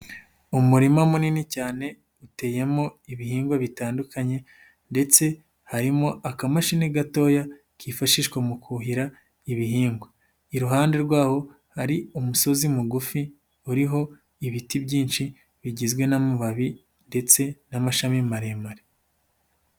Umurima munini cyane uteyemo ibihingwa bitandukanye ndetse harimo akamashini gatoya kifashishwa mu kuhira ibihingwa, iruhande rwawo hari umusozi mugufi uriho ibiti byinshi bigizwe n'amababi ndetse n'amashami maremare.